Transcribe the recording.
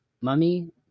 Mummy